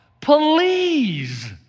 Please